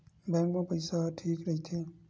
Bank मा पईसा ह ठीक राइथे?